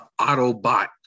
Autobot